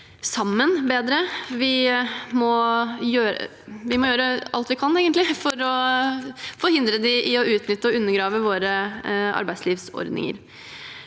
aktører bedre. Vi må gjøre alt vi kan, egentlig, for å forhindre dem i å utnytte og undergrave våre arbeidslivsordninger.